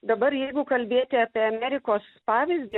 dabar jeigu kalbėti apie amerikos pavyzdį